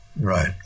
Right